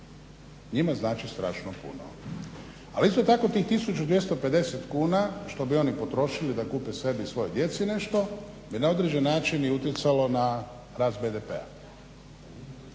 njima znači strašno puno. Ali, isto tako tih 1250 kuna što bi oni potrošili da kupe sebi i svojoj djeci nešto na određeni način je utjecalo na rast BDP-a.